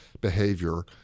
behavior